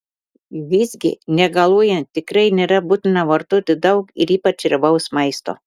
visgi negaluojant tikrai nėra būtina vartoti daug ir ypač riebaus maisto